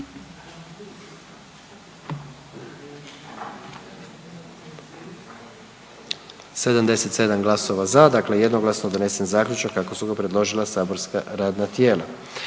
77 glasova za dakle jednoglasno donesena odluka kako je predložilo matično radno tijelo.